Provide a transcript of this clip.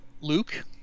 Luke